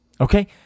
okay